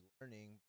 learning